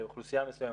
לאוכלוסייה מסוימת,